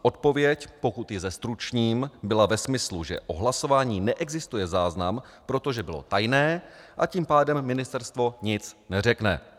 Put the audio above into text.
Odpověď, pokud ji zestručním, byla ve smyslu, že o hlasování neexistuje záznam, protože bylo tajné, a tím pádem ministerstvo nic neřekne.